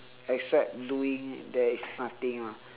except doing there is nothing ah